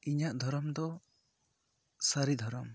ᱤᱧᱟᱹᱜ ᱫᱷᱚᱨᱚᱢ ᱫᱚ ᱥᱟᱹᱨᱤ ᱫᱷᱚᱨᱚᱢ